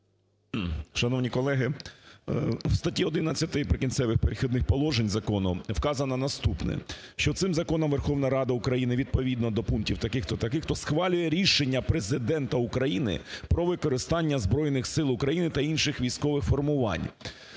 Шановні колеги, у статті 11 "Прикінцевих і перехідних положень" закону вказане наступне, що цим законом Верховна Рада України відповідно до пунктів таких-то, таких-то схвалює рішення Президента України про використання Збройних Сил України та інших військових формувань.